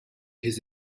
his